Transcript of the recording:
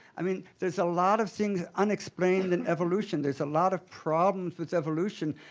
i mean, there's a lot of things unexplained in evolution, there's a lot of problems with evolution.